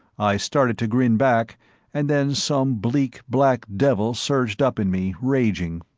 i started to grin back and then some bleak black devil surged up in me, raging.